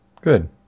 Good